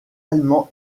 allemands